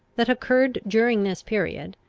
that occurred during this period,